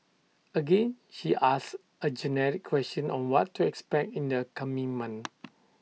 again she asks A generic question on what to expect in the coming month